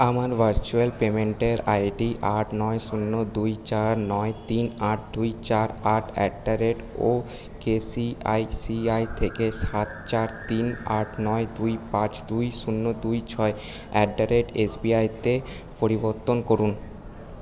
আমার ভার্চুয়াল পেমেন্টের আইডি আট নয় শূন্য দুই চার নয় তিন আট দুই চার আট অ্যাট দা রেট ওকেসিআইসিআই থেকে সাত চার তিন আট নয় দুই পাঁচ দুই শূন্য দুই ছয় at the rate S B আইতে পরিবর্তন করুন